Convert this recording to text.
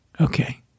okay